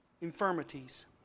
infirmities